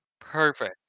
Perfect